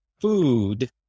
food